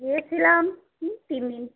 গিয়েছিলাম হুম তিন দিন